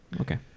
Okay